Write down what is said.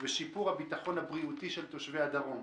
ושיפור הביטחון הבריאותי של תושבי הדרום.